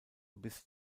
bis